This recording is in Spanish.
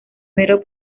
mero